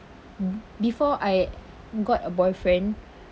before I got a boyfriend